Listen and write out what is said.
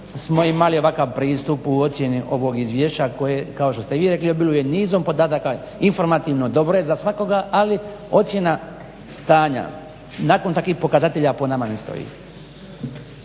smo imali ovakav pristup u ocjeni ovog izvješća koje kao što ste vi i rekli obiluje nizom podataka, informativno dobro je za svakoga, ali ocjena stanja nakon takvih pokazatelja po nama ne stoji.